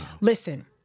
Listen